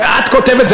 את כותבת,